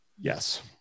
Yes